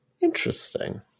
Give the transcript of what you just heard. interesting